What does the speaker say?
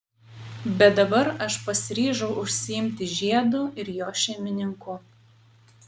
bet dabar aš pasiryžau užsiimti žiedu ir jo šeimininku